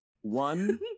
One